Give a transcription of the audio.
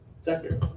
sector